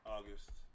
August